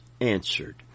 answered